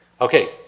Okay